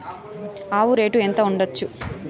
ఆవు రేటు ఎంత ఉండచ్చు?